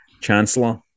Chancellor